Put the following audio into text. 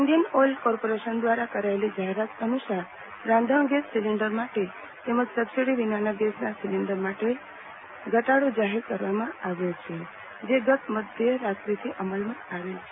Indian Oil Corporation દ્વારા કરાયેલી જાહેરાત અનુસાર રાંધણગેસ સીલીન્ડર માટે તેમજ સબસીડી વિનાના ગેસના સીલીન્ડર માટે ઘટાડો જાહેર કરવામાં આવ્યો જે ગત મધ્ય રાત્રીથી અમલમાં આવેલ છે